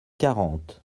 quarante